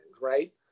right